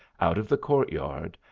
out of the court-yard,